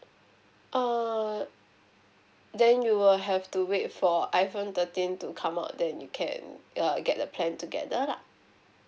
err then you will have to wait for iPhone thirteen to come out then you can err get the plan together lah